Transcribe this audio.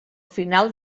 final